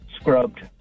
scrubbed